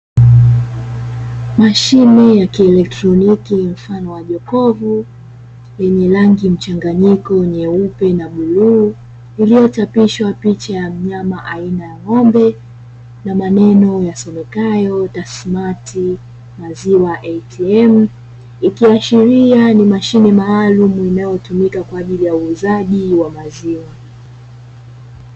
Mashine ya kieletroniki mfano wa jokofu yenye rangi mchanganyiko nyeupe na bluu, iiliyochapishwa picha ya mnyama aina ya ngombe na maneno yasomekayo (TASSMATT) maziwa ( ATM) ikiashiria ni mashine maalumu inayotumika kwajili ya uuzaji wa maziwa.